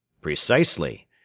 Precisely